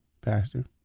Pastor